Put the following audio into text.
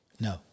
No